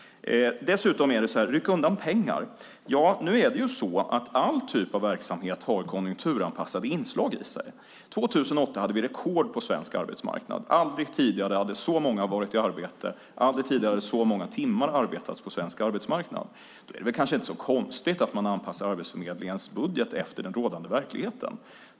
Man talar om att rycka undan pengar. Nu är det så att all typ av verksamhet har konjunkturanpassade inslag i sig. År 2008 hade vi rekord på svensk arbetsmarknad. Aldrig tidigare hade så många varit i arbete och så många timmar arbetats på svensk arbetsmarknad. Då är det väl inte så konstigt att man anpassar Arbetsförmedlingens budget efter den rådande verkligheten.